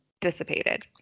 dissipated